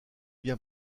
bien